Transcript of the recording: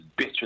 bitching